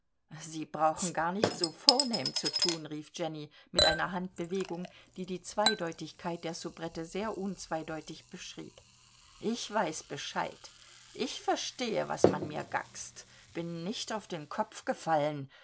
sie brauchen gar nicht so vornehm zu tun rief jenny mit einer handbewegung die die zweideutigkeit der soubrette sehr unzweideutig beschrieb ich weiß bescheid ich verstehe was man mir gackst bin nicht auf den kopf gefallen